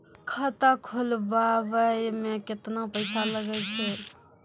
खाता खोलबाबय मे केतना पैसा लगे छै?